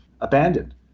abandoned